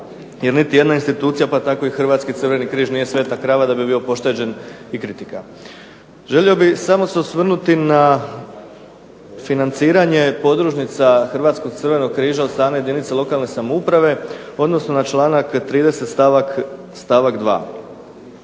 jer niti jedna institucija pa tako ni Hrvatski Crveni križ nije sveta krava da bi bio pošteđen i kritika. Želio bih samo se osvrnuti na financiranje podružnica Hrvatskog Crvenog križa od strane jedinica lokalne samouprave, odnosno na čl. 30. stavak 2.